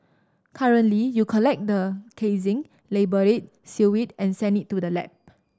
currently you collect the casing label it seal it and send it to the lab